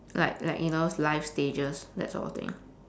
like like you know those life stages that sort of thing